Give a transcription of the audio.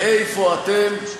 איפה אתם?